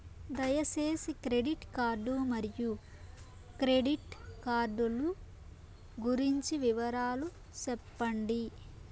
దయసేసి credit card మరియు credit card లు గురించి వివరాలు సెప్పండి?